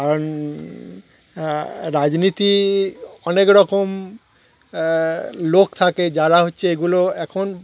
কারণ রাজনীতি অনেক রকম লোক থাকে যারা হচ্ছে এগুলো এখন